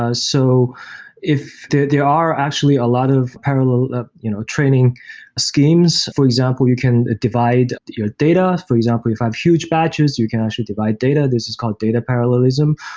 ah so there are actually a lot of parallel ah you know training schemes, for example, you can divide your data. for example, if i have huge batches, you can actually divide data, this is called data parallelism,